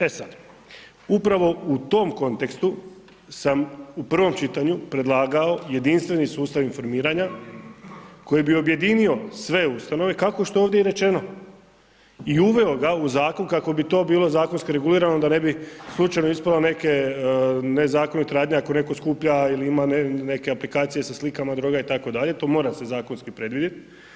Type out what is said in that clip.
E sad, upravo u tom kontekstu sam u prvom čitanju predlagao jedinstveni sustav informiranja koji bi objedinio sve ustanove, kako što je ovdje i rečeno i uveo ga u zakon kako bi to bilo zakonski regulirano da ne bi slučajno ispalo neke nezakonite radnje, ako neko skuplja ili neke aplikacije sa slikama droga itd. to mora se zakonski predvidjet.